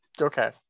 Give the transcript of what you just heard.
okay